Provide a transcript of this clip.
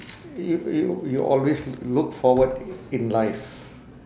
you you you always l~ look forward i~ in life